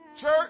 Church